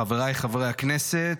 חבריי חברי הכנסת,